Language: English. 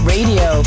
Radio